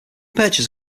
purchase